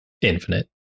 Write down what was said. infinite